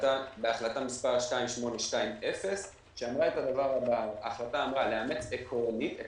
בהחלטה שמספרה 2820. ההחלטה אמרה לאמץ עקרונית את